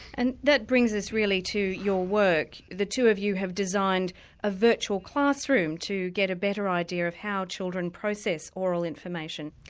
and that brings us really to your work, the two of you have designed a virtual classroom to get a better idea of how children process aural information.